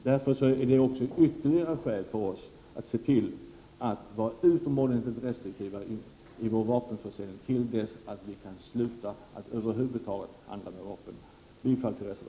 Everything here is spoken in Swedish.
Det är nämligen ytterligare ett skäl för oss att vara utomordentligt restriktiva i vår vapenförsäljning, till dess att vi kan sluta med att över huvud taget handla med vapen.